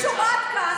אני שומעת כאן,